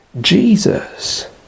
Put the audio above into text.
Jesus